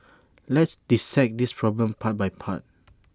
let's dissect this problem part by part